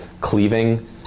cleaving